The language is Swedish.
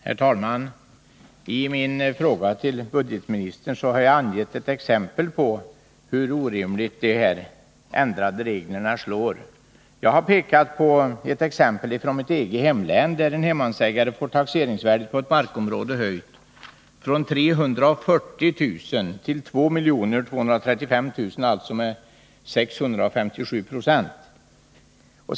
Herr talman! I min fråga till budgetministern har jag anfört ett exempel på hur orimligt de ändrade reglerna slår. Jag har pekat på ett fall från mitt eget hemlän, där en hemmansägare fått taxeringsvärdet på ett markområde höjt från 340 000 till 2 235 000 kr., alltså med 657 96.